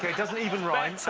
doesn't even rhyme.